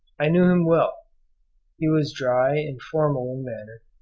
i knew him well he was dry and formal in manner,